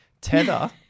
Tether